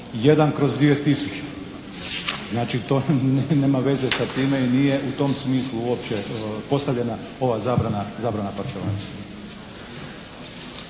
jedan kroz 2000. Znači, to nema veze sa time i nije u tom smislu uopće postavljena ova zabrana parcelacije.